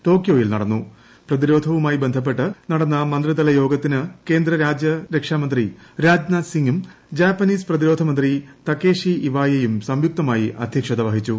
ടോക്യോയിൽ നടന്നു പ്രതിരോധവുമായി ബന്ധപ്പെട്ട് നടന്ന മന്ത്രിതല യോഗത്തിന് കേന്ദ്ര പ്രതിരോധമന്ത്രി രാജ്നാഥ് സിംഗും ജാപ്പനീസ് രാജ്യരക്ഷാമന്ത്രി തകേഷി ഇവായയും സംയുക്തമായി അധ്യക്ഷത വഹിച്ചു